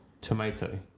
tomato